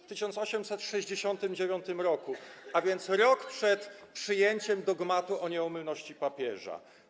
W 1869 r., a więc rok przed przyjęciem dogmatu o nieomylności papieża.